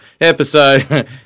episode